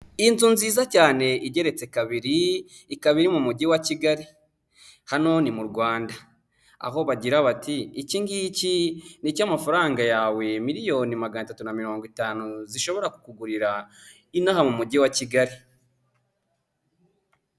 Inzu nziza cyane igeretse kabiri ikaba iri mu mujyi wa kigali hano ni mu rwanda, aho bagira bati iki ngiki nicyo amafaranga yawe miliyoni magana atatu na mirongo itanu zishobora kukugurira inaha mu mujyi wa kigali.